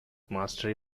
mastery